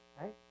right